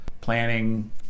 planning